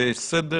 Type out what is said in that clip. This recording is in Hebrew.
וסדר